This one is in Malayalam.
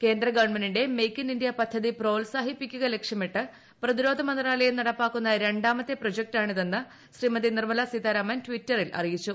കേന്ദ്ര ഗവൺമെന്റിന്റെ മെയ്ക്ക് ഇൻ ഇന്ത്യ പദ്ധതി പ്രോത്സാഹിപ്പിക്കുക ലക്ഷ്യമിട് പ്രതിരോധ മന്ത്രാലയം നടപ്പാക്കുന്ന രണ്ടാമത്തെ പ്രോജക്ടാണിതെന്ന് ശ്രീമതി നിർമ്മല സീതാരാമൻ ട്വിറ്ററിൽ പറഞ്ഞു